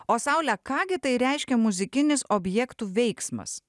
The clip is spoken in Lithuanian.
o saule ką gi tai reiškia muzikinis objektų veiksmas